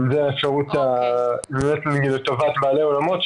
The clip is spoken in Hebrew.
זו האפשרות לטובת בעלי האולמות,